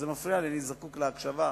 זה מפריע לי, אני זקוק להקשבה.